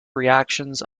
reactions